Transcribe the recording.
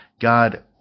God